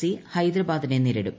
C ഹൈദരാബാദിനെ നേരിടും